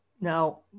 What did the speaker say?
now